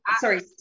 sorry